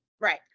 Right